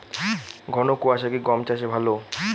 ঘন কোয়াশা কি গম চাষে ভালো?